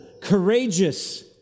courageous